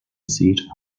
seat